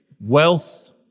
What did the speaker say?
wealth